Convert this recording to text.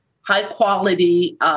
high-quality